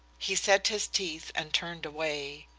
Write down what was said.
he set his teeth and turned away.